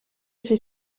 ces